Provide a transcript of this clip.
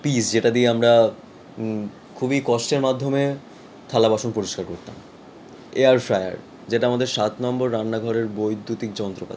piece যেটা দিয়ে আমরা খুবই কষ্টের মাধ্যমে থালা বাসন পরিষ্কার করতাম এয়ার ফ্রায়ার যেটা আমাদের সাত নম্বর রান্নাঘরের বৈদ্যুতিক যন্ত্রপাতি